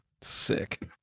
Sick